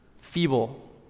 feeble